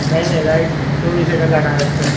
નઈ નઈ લાઈટ ચોવીસે કલાકે આવે છે